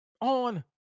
on